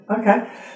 Okay